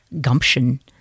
gumption